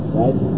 right